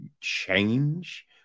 change